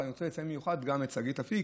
אבל אני רוצה לציין במיוחד את שגית אפיק,